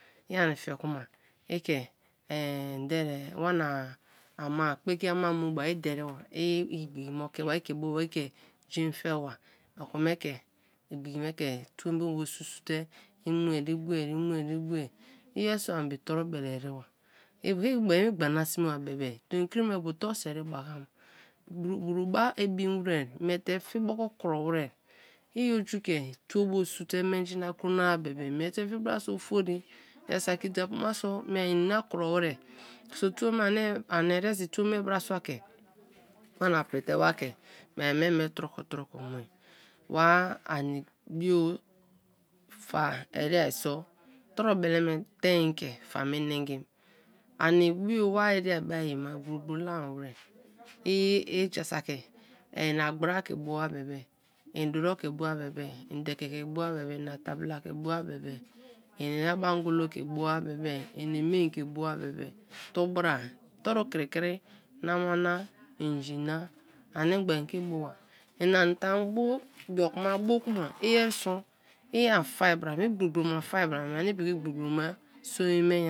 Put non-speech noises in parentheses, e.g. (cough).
I ani fe kma i ke eehn (hesitation) wana ama kpe ki ama mu ba i deriba, i igbiki me oki ba ike bo bai ke jen fe ba okime ki igbiki me ke two me bo sun sun te i mu i bue i mue i bue i yer so ani be torubele ereba (unintelligible) i gbana sme ba bebe tonkri be bu torusheri bakam, bru ba bin wer, miete fi boko kro wer, i oju ke two bo sonte menji na kra na-a bebe mie te fi bra so ofori, jaa saki diapu ma so mieai ini na kro wer (hesitation) ani eresi two me brasua ke wana prite wa ke mieai me mie troko troko mue; wa ani bio fa ere so, torubele me tein ke fa me mengim, ani bio wa ere ba ai ma gboro gboro la-a were (hesitation) jaa saki inagbra ke bua bebe, en duro ke bua bebe, en dede ke bua bebe, en atabi la ke bua bebe, tubra, koru krikri, na ma inji na ani gba en bo ba, en an tan bo, ibioku ma bo kma i yer so i an fa bra me gboro gboro ma fa bra me; ini piki gboro gboro ba so ye me.